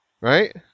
Right